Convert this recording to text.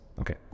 okay